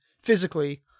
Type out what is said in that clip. Physically